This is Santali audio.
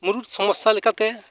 ᱢᱩᱬᱩᱫ ᱥᱚᱢᱚᱥᱥᱟ ᱞᱮᱠᱟᱛᱮ